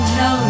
no